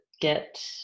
get